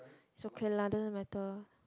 it's okay lah doesn't matter